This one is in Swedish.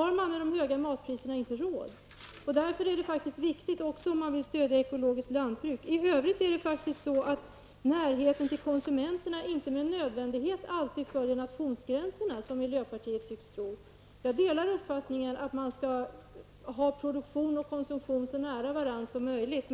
innebär de höga matpriserna att man inte har råd. Därför är detta faktiskt viktigt också om man vill stödja ekologiskt lantbruk. I övrigt följer närheten till konsumenterna inte med nödvändighet alltid nationsgränserna, som miljöpartiet tycks tro. Jag delar uppfattningen att man skall ha produktion och konsumtion så nära varandra som möjligt.